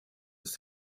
ist